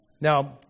Now